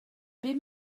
bum